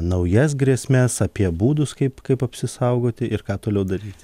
naujas grėsmes apie būdus kaip kaip apsisaugoti ir ką toliau daryti